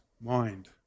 mind